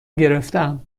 گرفتهام